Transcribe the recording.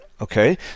okay